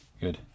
Good